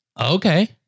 okay